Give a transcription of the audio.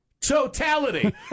totality